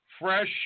fresh